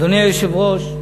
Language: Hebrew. אדוני היושב-ראש,